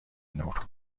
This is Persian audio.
نور